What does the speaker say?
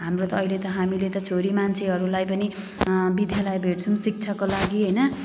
हाम्रो त अहिले त हामीले त छोरी मान्छेहरूलाई पनि विद्यालय भेट्छौँ शिक्षाको लागि होइन